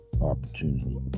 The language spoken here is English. opportunity